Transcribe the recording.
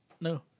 No